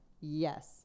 yes